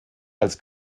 als